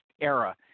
era –